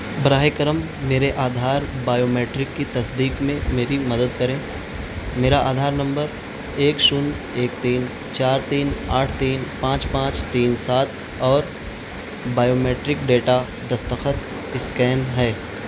براہ کرم میرے آدھار بائیومیٹرک کی تصدیق میں میری مدد کریں میرا آدھار نمبر ایک شونیہ ایک تین چار تین آٹھ تین پانچ پانچ تین سات اور بائیومیٹرک ڈیٹا دستخط اسکین ہے